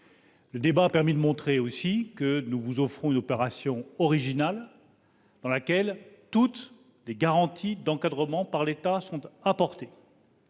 Ensuite, il a montré que nous vous proposons une opération originale, dans laquelle toutes les garanties d'encadrement par l'État sont apportées.